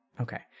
Okay